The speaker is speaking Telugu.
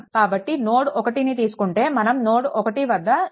కాబట్టి నోడ్ 1 ని తీసుకుంటే మనం నోడ్1 వద్ద 2